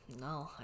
No